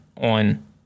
on